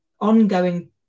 ongoing